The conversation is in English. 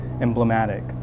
emblematic